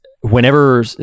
whenever